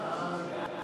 בעד?